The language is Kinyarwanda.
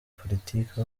politiki